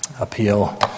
appeal